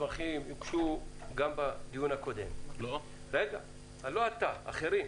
המסמכים הוגשו גם בדיון הקודם, לא אתה, אחרים.